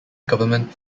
government